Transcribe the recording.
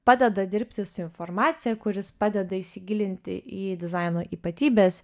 padeda dirbti su informacija kuris padeda įsigilinti į dizaino ypatybes